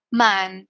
man